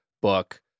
book